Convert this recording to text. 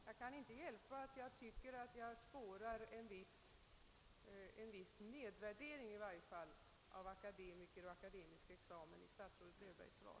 Jag måste dock säga att jag i. varje fall spårar en viss nedvärdering av akademiker och akademiska :exarhina i statsrådet Löfbergs svar.